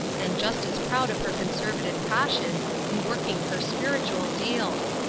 and just as proud of her conservative caution in working her spiritual deals.